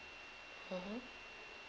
mmhmm